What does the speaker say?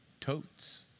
totes